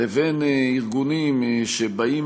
לבין ארגונים שבאים